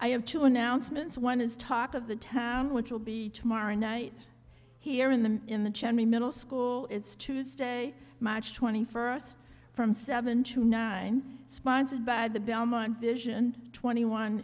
i have two announcements one is talk of the term which will be tomorrow night here in the in the middle school is tuesday march twenty first from seven to nine sponsored by the belmont vision twenty one